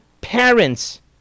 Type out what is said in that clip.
parents